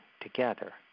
together